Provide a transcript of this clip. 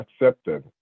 accepted